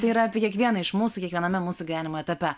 tai yra apie kiekvieną iš mūsų kiekviename mūsų gyvenimo etape